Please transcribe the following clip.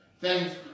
Thanks